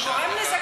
אם הוא גורם נזקים,